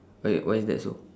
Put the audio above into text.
why why is that so